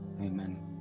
Amen